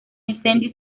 incendio